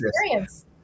experience